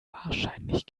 wahrscheinlich